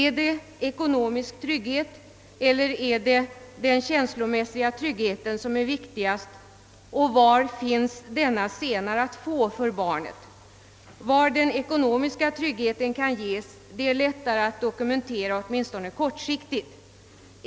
Är det den ekonomiska tryggheten eller är det den känslomässiga tryggheten som är viktigast, och var finns denna senare att få för barnet? Var den ekonomiska tryggheten kan ges är lättare att dokumentera, åtminstone kortsiktigt.